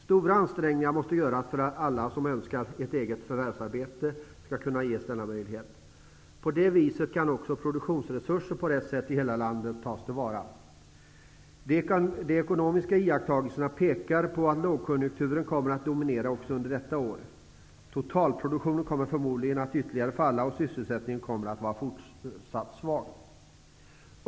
Stora ansträngningar måste göras för att alla som önskar ett eget förvärvsarbete skall kunna ges detta. På det viset kan också produktionsresurser på rätt sätt i hela landet tas till vara. De ekonomiska iakttagelserna pekar på att lågkonjunkturen kommer att dominera under detta år. Totalproduktionen kommer förmodligen att ytterligare falla, och sysselsättningen kommer att vara fortsatt svag.